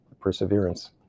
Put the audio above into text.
perseverance